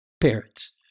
parents